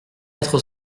quatre